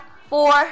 four